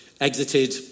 exited